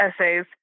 essays